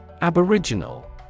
Aboriginal